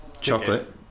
chocolate